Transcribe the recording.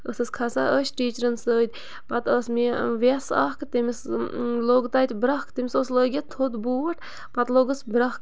ٲسٕس کھسان ٲسۍ ٹیٖچرَن سۭتۍ پَتہٕ ٲس مےٚ وٮ۪س اَکھ تٔمِس لوٚگ تَتہِ برٛکھ تٔمِس اوس لٲگِتھ تھوٚد بوٗٹھ پَتہٕ لوٚگُس برٛکھ